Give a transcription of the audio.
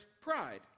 pride